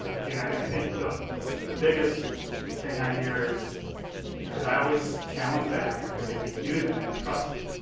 again, i i think the biggest thing i hear is because i always challenge back and i say we do that, trust me,